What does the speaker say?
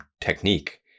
technique